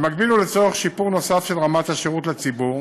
במקביל ולצורך שיפור נוסף של רמת השירות לציבור,